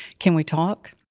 can we talk?